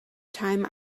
time